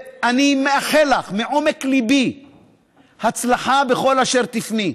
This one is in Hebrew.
אני מאחל לך מעומק ליבי הצלחה בכל אשר תפני.